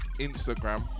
Instagram